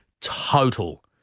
total